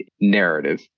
narrative